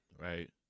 right